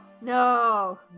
No